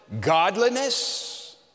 godliness